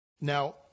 Now